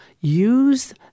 use